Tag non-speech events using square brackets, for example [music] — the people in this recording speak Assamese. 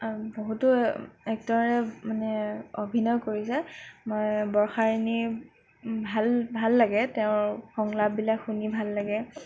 বহুতো এক্টৰে মানে অভিনয় কৰিছে [unintelligible] বৰষা ৰাণী ভাল ভাল লাগে তেওঁৰ সংলাপবিলাক শুনি ভাল লাগে